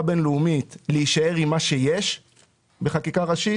בינלאומית להישאר עם מה שיש בחקיקה ראשית.